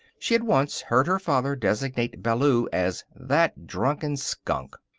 she had once heard her father designate ballou as that drunken skunk.